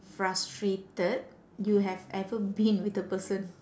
frustrated you have ever been with a person